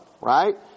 right